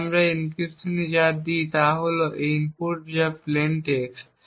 তাই এই অ্যালগরিদমটি যা নেয় তা হল একটি ইনপুট যা প্লেইন টেক্সট